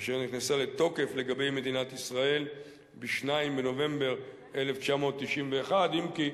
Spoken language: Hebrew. אשר נכנסה לתוקף לגבי מדינת ישראל ב-2 בנובמבר 1991. אם כי,